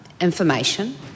information